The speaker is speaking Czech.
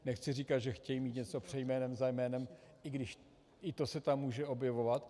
Nechci říkat, že chtějí mít něco před jménem, za jménem, i když i to se tam může objevovat.